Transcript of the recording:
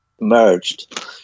merged